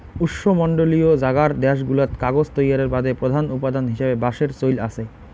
উষ্ণমণ্ডলীয় জাগার দ্যাশগুলাত কাগজ তৈয়ারের বাদে প্রধান উপাদান হিসাবে বাঁশের চইল আচে